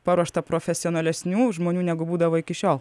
paruošta profesionalesnių žmonių negu būdavo iki šiol